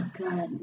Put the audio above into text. god